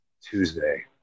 Tuesday